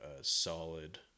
solid